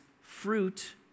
fruit